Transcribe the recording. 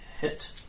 hit